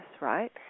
right